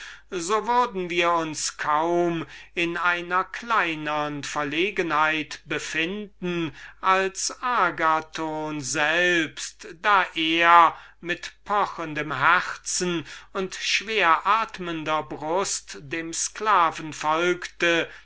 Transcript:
so würden wir uns kaum in einer kleinern verlegenheit befinden als agathon selbst da er mit pochendem herzen und schweratmender brust dem sklaven